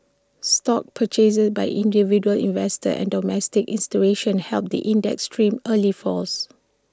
stock purchases by individual investors and domestic institutions helped the index trim early falls